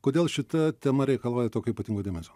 kodėl šita tema reikalauja tokio ypatingo dėmesio